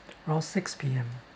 around six P_M